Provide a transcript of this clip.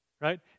Right